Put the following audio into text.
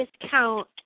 discount